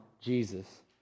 Jesus